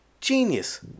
Genius